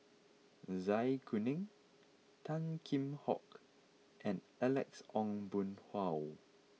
Zai Kuning Tan Kheam Hock and Alex Ong Boon Hau